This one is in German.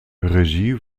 regie